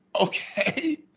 Okay